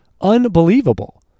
Unbelievable